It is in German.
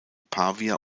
pavia